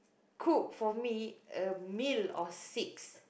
cook for me a meal of six